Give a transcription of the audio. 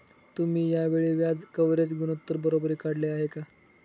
तुम्ही या वेळी व्याज कव्हरेज गुणोत्तर बरोबर काढले आहे का?